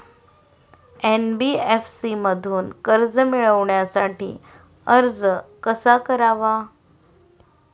NBFC मधून कर्ज मिळवण्यासाठी अर्ज कसा करावा?